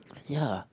ya